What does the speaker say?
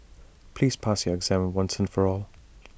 please pass your exam once and for all